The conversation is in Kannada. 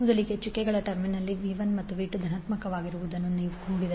ಮೊದಲಿಗೆ ಚುಕ್ಕೆಗಳ ಟರ್ಮಿನಲ್ನಲ್ಲಿ V1ಮತ್ತು V2ಧನಾತ್ಮಕವಾಗಿರುವುದನ್ನು ನೀವು ನೋಡಿದರೆ